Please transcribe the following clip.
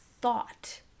thought